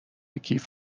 کیف